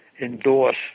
endorse